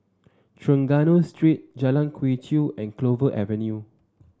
Trengganu Street Jalan Quee Chew and Clover Avenue